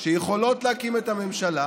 שיכולות להקים את הממשלה